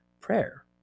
prayer